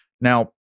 Now